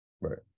right